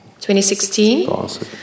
2016